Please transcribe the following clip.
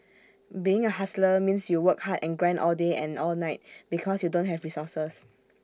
being A hustler means you work hard and grind all day and all night because you don't have resources